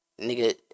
Nigga